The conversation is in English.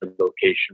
location